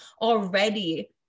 already